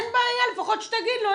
לפחות שתגיד לו,